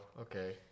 Okay